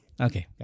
Okay